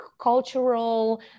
cultural